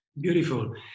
Beautiful